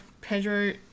Pedro